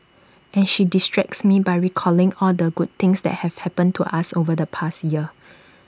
and she distracts me by recalling all the good things that have happened to us over the past year